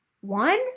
One